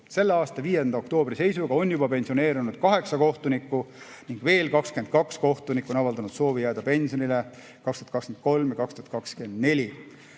Selle aasta 5. oktoobri seisuga on juba pensioneerunud kaheksa kohtunikku ning veel 22 kohtunikku on avaldanud soovi jääda pensionile 2023 ja 2024.